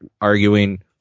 arguing